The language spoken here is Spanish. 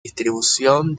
distribución